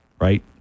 right